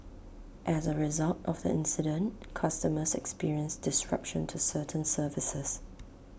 as A result of the incident customers experienced disruption to certain services